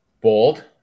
Bold